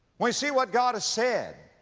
when you see what god has said,